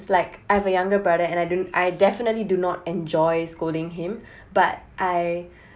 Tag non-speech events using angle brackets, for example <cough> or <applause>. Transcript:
is like I have a younger brother and I didn't I definitely do not enjoy scolding him <breath> but I <breath>